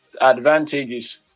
advantages